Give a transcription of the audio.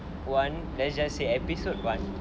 one let's just say episode one